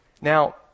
Now